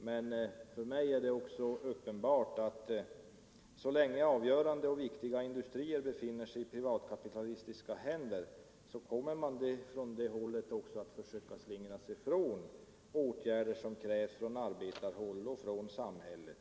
Men för mig är det också uppenbart att så länge viktiga industrier befinner sig i privatkapitalistiska händer kommer man från det hållet att försöka slingra sig undan de åtgärder som krävs från arbetarhåll och från samhället.